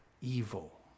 evil